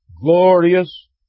glorious